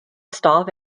staff